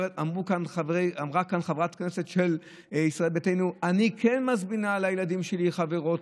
אמרה כאן חברת כנסת של ישראל ביתנו: אני כן מזמינה לילדים שלי חברות